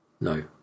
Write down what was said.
no